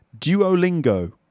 Duolingo